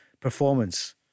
performance